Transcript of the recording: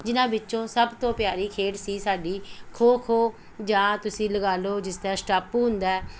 ਜਿਨ੍ਹਾਂ ਵਿੱਚੋਂ ਸਭ ਤੋਂ ਪਿਆਰੀ ਖੇਡ ਸੀ ਸਾਡੀ ਖੋ ਖੋ ਜਾਂ ਤੁਸੀਂ ਲਗਾ ਲਓ ਜਿਸ ਤਰ੍ਹਾਂ ਸਟੈਪੂ ਹੁੰਦਾ ਹੈ